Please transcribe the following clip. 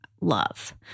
love